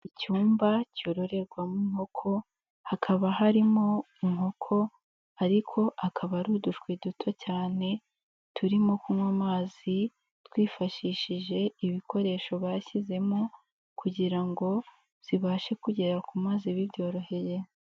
Icyumba cyororerwamo inkoko, hakaba harimo inkoko ariko akaba ari udushwi duto cyane turimo kunywa amazi twifashishije ibikoresho bashyizemo kugira ngo zibashe kugera ku mazi bibyoroheye.